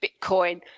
Bitcoin